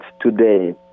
today